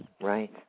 right